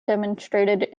demonstrated